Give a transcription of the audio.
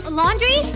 laundry